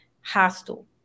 hostile